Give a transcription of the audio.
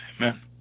Amen